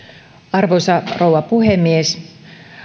arvoisa rouva puhemies